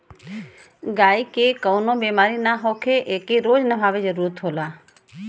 गायी के कवनो बेमारी ना होखे एके रोज नहवावे जरुरत होला